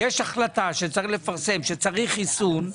יש החלטה שיש לפרסם, שצריך פרסום,